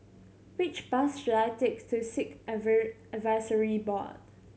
which bus should I take to Sikh Advisory Board